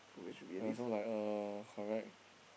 I also like uh correct